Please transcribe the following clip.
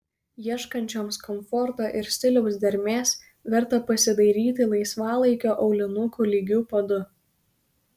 ieškančioms komforto ir stiliaus dermės verta pasidairyti laisvalaikio aulinukų lygiu padu